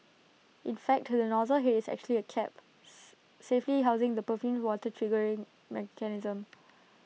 in fact to the nozzle Head is actually A caps safely housing the perfumed water's triggering mechanism